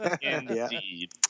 Indeed